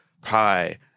pie